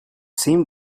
seemed